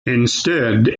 instead